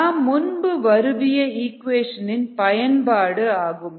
நாம் முன்பு வருவிய ஈக்குவேஷனின் பயன்பாடு ஆகும்